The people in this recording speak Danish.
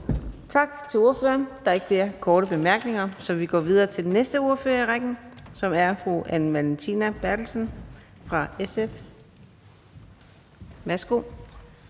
Tak til ordføreren. Der er ikke flere korte bemærkninger, så vi går videre til den næste ordfører i rækken, som er hr. Peder Hvelplund fra Enhedslisten. Værsgo.